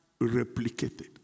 replicated